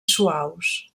suaus